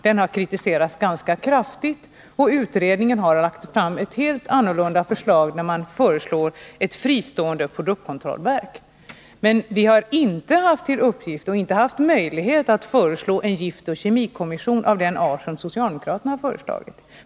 Den har kritiserats ganska kraftigt, och utredningen har lagt fram ett helt annorlunda förslag om ett fristående produktkontrollverk. Men vi har i utredningen inte haft till uppgift eller haft möjlighet att föreslå en giftoch kemikommission av den art som socialdemokraterna har föreslagit.